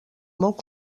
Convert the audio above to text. molt